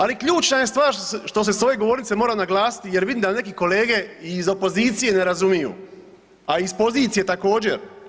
Ali ključna je stvar što se s ove govornice mora naglasiti jer vidim da neki kolege i iz opozicije ne razumiju, a iz pozicije također.